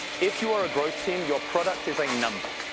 if you are a growth team your product is a number.